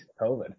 COVID